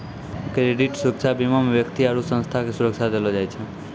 credit सुरक्षा बीमा मे व्यक्ति आरु संस्था के सुरक्षा देलो जाय छै